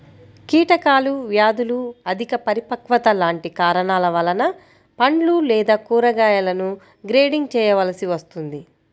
కీటకాలు, వ్యాధులు, అధిక పరిపక్వత లాంటి కారణాల వలన పండ్లు లేదా కూరగాయలను గ్రేడింగ్ చేయవలసి వస్తుంది